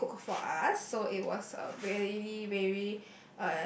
so they cook for us so it was a really really